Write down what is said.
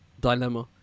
dilemma